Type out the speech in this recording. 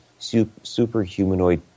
superhumanoid